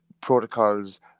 protocols